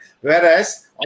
Whereas